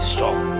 Strong